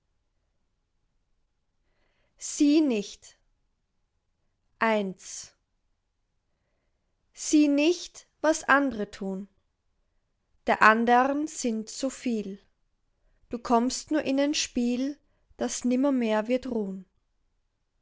sieh nicht i sieh nicht was andre tun der andern sind so viel du kommst nur in ein spiel das nimmermehr wird ruhn